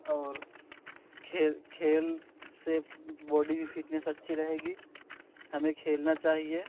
और खेल खेल से बॉडी भी फिटनेस अच्छी रहेगी हमें खेलना चाहिए